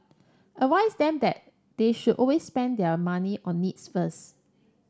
advise them that they should always spend their money on needs first